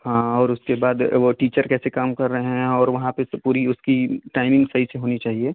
हाँ और उसके बाद वो टीचर कैसे काम कर रहे हैं और वहाँ पर पूरी उसकी टाइमिंग सही से होनी चाहिए